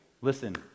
Listen